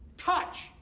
Touch